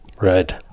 right